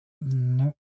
No